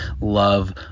love